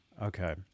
Okay